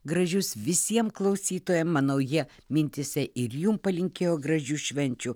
gražius visiem klausytojam manau jie mintyse ir jum palinkėjo gražių švenčių